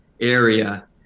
area